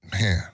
man